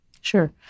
Sure